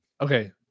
Okay